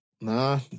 Nah